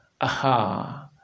Aha